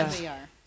Yes